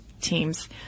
Teams